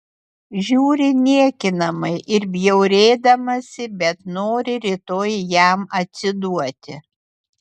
žiūri niekinamai ir bjaurėdamasi bet nori rytoj jam atsiduoti